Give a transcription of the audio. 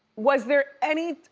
was there any,